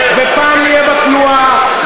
ופעם נהיה בתנועה,